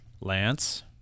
Lance